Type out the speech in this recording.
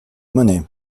monnaie